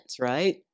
right